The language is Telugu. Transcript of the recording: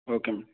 okay madam